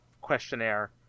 questionnaire